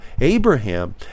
Abraham